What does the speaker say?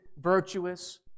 virtuous